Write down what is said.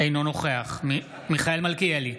אינו נוכח מיכאל מלכיאלי,